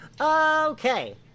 Okay